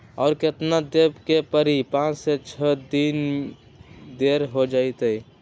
और केतना देब के परी पाँच से छे दिन देर हो जाई त?